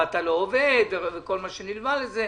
אתה לא עובד וכל מה שנלווה לזה.